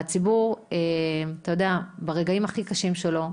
הציבור צריך אותנו ברגעים הכי קשים שלו.